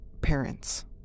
parents